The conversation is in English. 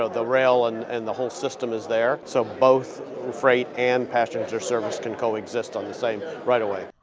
ah the rail and and the whole system is there, so both freight and passenger service can co-exist on the same right away.